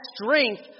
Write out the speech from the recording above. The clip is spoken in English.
strength